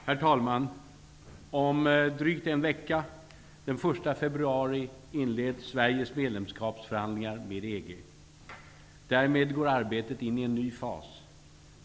Herr talman! Om drygt en vecka, den 1 februari, inleds Sveriges medlemskapsförhandlingar med EG. Därmed går arbetet in i en ny fas.